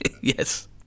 Yes